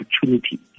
opportunity